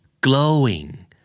glowing